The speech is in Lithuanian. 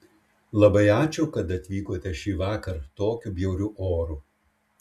labai ačiū kad atvykote šįvakar tokiu bjauriu oru